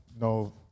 no